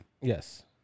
Yes